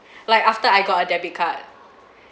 like after I got a debit card